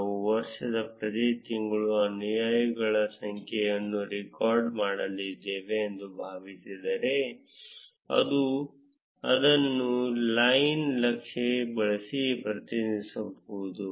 ನಾವು ವರ್ಷದ ಪ್ರತಿ ತಿಂಗಳ ಅನುಯಾಯಿಗಳ ಸಂಖ್ಯೆಯನ್ನು ರೆಕಾರ್ಡ್ ಮಾಡಿದ್ದೇವೆ ಎಂದು ಭಾವಿಸಿದರೆ ನಾವು ಅದನ್ನು ಲೈನ್ ನಕ್ಷೆ ಬಳಸಿ ಪ್ರತಿನಿಧಿಸಬಹುದು